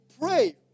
pray